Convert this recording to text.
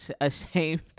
ashamed